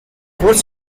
fourth